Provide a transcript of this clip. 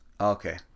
Okay